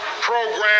program